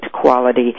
quality